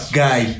guy